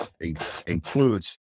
includes